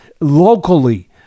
locally